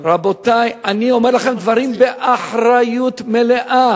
רבותי, אני אומר לכם דברים באחריות מלאה.